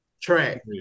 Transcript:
track